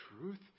Truth